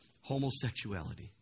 Homosexuality